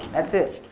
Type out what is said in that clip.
that's it.